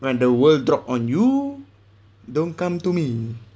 when the world drop on you don't come to me